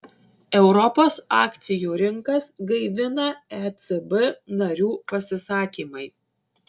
europos akcijų rinkas gaivina ecb narių pasisakymai